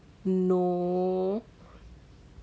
no